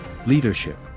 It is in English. Leadership